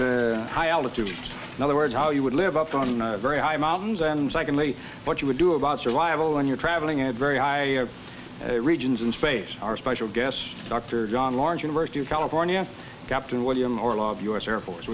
the high altitude in other words how you would live up on very high mountains and secondly what you would do about survival when you're traveling at very high regions in space our special guest dr john large university of california captain william orlov u s air force